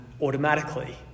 automatically